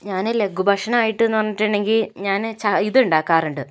ഞാൻ ലഘു ഭക്ഷണം ആയിട്ട് എന്ന് പറഞ്ഞിട്ടുണ്ടെങ്കിൽ ഞാൻ ചാ ഇതുണ്ടാക്കാറുണ്ട്